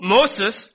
Moses